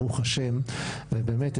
ברוך השם ובאמת,